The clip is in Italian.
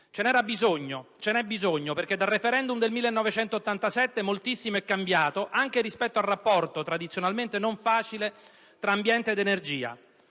Ce n'era bisogno e ce n'é bisogno, perché dal referendum del 1987 moltissimo è cambiato anche rispetto al rapporto, tradizionalmente non facile, tra ambiente ed energia: